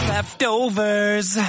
Leftovers